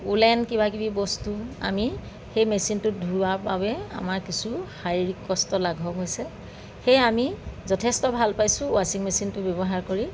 woollen কিবাকিবি বস্তু আমি সেই মেচিনটোত ধোৱাৰ বাবে আমাৰ কিছু শাৰীৰিক কষ্ট লাঘৱ হৈছে সেয়ে আমি যথেষ্ট ভাল পাইছোঁ ৱাচিং মেচিনটো ব্যৱহাৰ কৰি